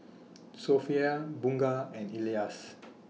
Sofea Bunga and Elyas